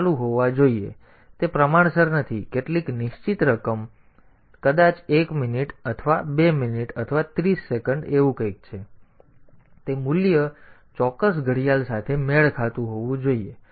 તેથી તે પ્રમાણસર નથી તેથી કેટલીક નિશ્ચિત રકમ તેથી કદાચ 1 મિનિટ અથવા 2 મિનિટ અથવા 30 સેકન્ડ એવું કંઈક છે પરંતુ તે મૂલ્ય ચોક્કસ ઘડિયાળ સાથે મેળ ખાતું હોવું જોઈએ